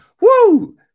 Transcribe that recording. Woo